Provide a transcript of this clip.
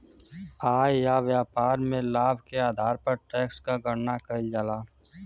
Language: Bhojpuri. आय या व्यापार में लाभ के आधार पर टैक्स क गणना कइल जाला